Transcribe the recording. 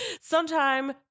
Sometime